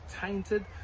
tainted